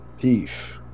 Peace